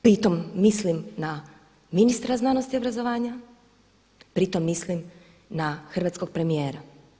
Pri tome mislim na ministra znanosti i obrazovanja, pri tome mislim na hrvatskog premijera.